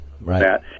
Right